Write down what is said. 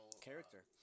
Character